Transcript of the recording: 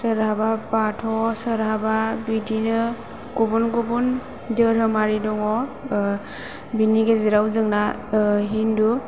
सोरहाबा बाथौ सोरहाबा बिदिनो गुबुन गुबुन धोरोमारि दङ बेनि गेजेराव जोंना हिन्दु